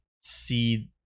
see